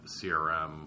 CRM